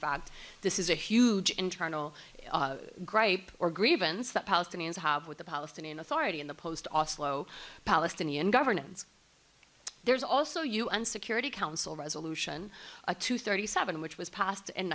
fact this is a huge internal gripe or grievance that palestinians have with the palestinian authority in the post office low palestinian governance there's also u n security council resolution a two thirty seven which was pas